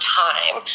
time